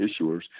issuers